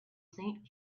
saint